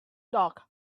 dog